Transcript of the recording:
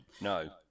No